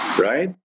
right